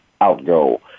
outgo